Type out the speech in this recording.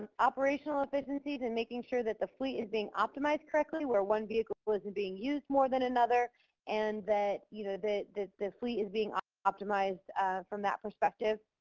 operational efficiencies and making sure that the fleet is being optimized correctly where one vehicle wasn't being used more than another and that, you know, that the the fleet is being optimized from that perspective.